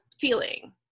feeling